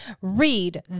read